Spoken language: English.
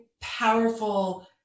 powerful